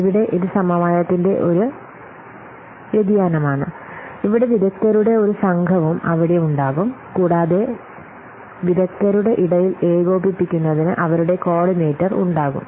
ഇവിടെ ഇത് സമവായത്തിന്റെ ഒരു വ്യതിയാനമാണ് ഇവിടെ വിദഗ്ധരുടെ ഒരു സംഘവും അവിടെ ഉണ്ടാകും കൂടാതെ വിദഗ്ധരുടെ ഇടയിൽ ഏകോപിപ്പിക്കുന്നതിന് അവരുടെ കോർഡിനേറ്റർ ഉണ്ടാകും